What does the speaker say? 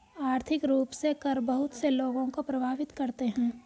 आर्थिक रूप से कर बहुत से लोगों को प्राभावित करते हैं